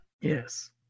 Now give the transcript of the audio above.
Yes